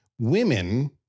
women